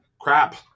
crap